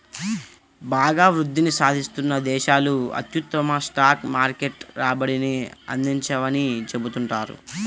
బాగా వృద్ధిని సాధిస్తున్న దేశాలు అత్యుత్తమ స్టాక్ మార్కెట్ రాబడిని అందించవని చెబుతుంటారు